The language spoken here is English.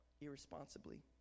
irresponsibly